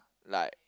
like